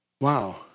Wow